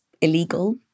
illegal